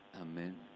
Amen